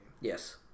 Yes